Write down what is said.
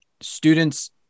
Students